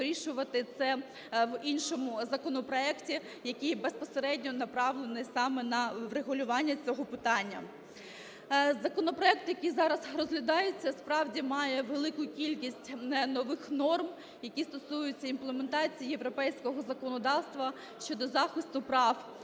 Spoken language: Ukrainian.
вирішувати це в іншому законопроекті, який безпосередньо направлений саме на врегулювання цього питання. Законопроект, який зараз розглядається, справді має велику кількість нових норм, які стосуються імплементації європейського законодавства щодо захисту прав